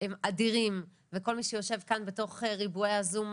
הם אדירים וכל מי שיושב כאן בתוך ריבועי הזום,